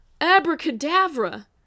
Abracadabra